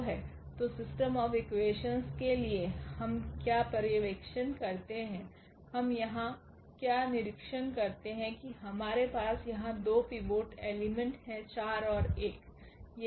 तो system of equations के लिए हम क्या पर्यवेक्षण करते है हम यहाँ क्या निरीक्षण करते हैं कि हमारे पास यहाँ 2 पिवोट्स एलिमेंट हैं 4 और 1